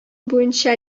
буенча